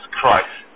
Christ